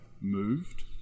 moved